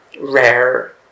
rare